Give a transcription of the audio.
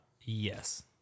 yes